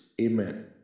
Amen